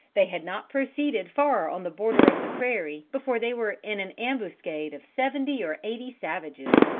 they had not proceeded far on the border of the prairie, before they were in an ambuscade of seventy or eighty savages.